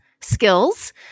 skills